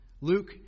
Luke